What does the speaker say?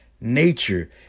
nature